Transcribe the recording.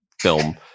film